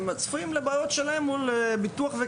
הם צפויים לבעיות שלהם מול תביעות וביטוח.